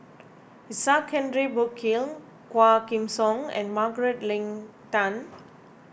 Isaac Henry Burkill Quah Kim Song and Margaret Leng Tan